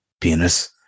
Penis